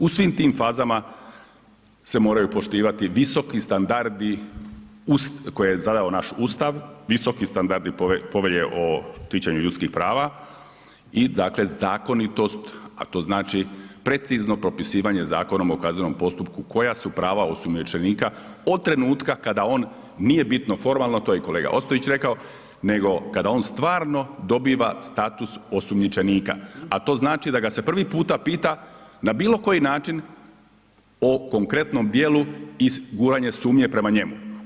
U svim tim fazama se moraju poštivati visoki standardi koje je zadao naš Ustav, visoki standardi Povelje o štićenju ljudskih prava i dakle zakonitost, a to znači precizno propisivanje Zakonom o kaznenom postupku koja su prava osumnjičenika od trenutka kada on nije bitno formalno, to je i kolega Ostojić rekao, nego kada on stvarno dobiva status osumnjičenika, a to znači da ga se prvi puta pita na bilo koji način o konkretnom djelu iz …/nerazumljivo/… sumnje prema njemu.